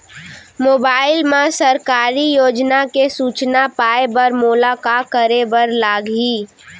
mobile मा सरकारी योजना के सूचना पाए बर मोला का करे बर लागही